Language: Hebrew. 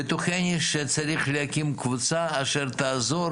בטוחני שצריך להקים קבוצה אשר תעזור